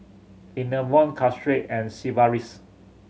Enervon Caltrate and Sigvaris